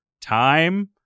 time